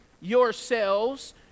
yourselves